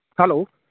hello